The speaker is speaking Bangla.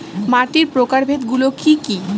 মাটির প্রকারভেদ গুলো কি কী?